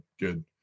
good